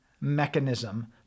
mechanism